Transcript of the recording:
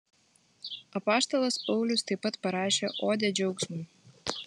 apaštalas paulius taip pat parašė odę džiaugsmui